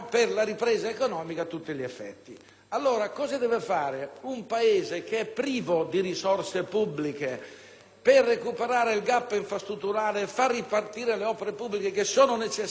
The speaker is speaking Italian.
chiedersi cosa deve fare un Paese privo di risorse pubbliche per recuperare il *gap* infrastrutturale e far ripartire le opere pubbliche necessarie perché costituiscono un volano straordinariamente